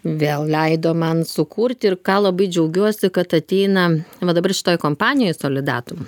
vėl leido man sukurti ir ką labai džiaugiuosi kad ateina va dabar šitoj kompanijoj solidatum